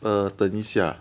err 等一下